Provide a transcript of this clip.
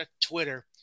Twitter